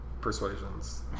persuasions